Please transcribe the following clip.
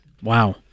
Wow